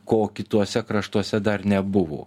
ko kituose kraštuose dar nebuvo